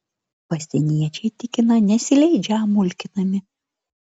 pasieniečiai tikina nesileidžią mulkinami